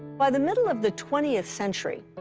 by the middle of the twentieth century,